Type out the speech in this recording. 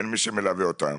אין מי שמלווה אותם,